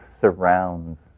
surrounds